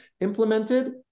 implemented